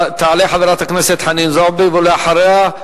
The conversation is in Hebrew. תעלה חברת הכנסת חנין זועבי, ואחריה,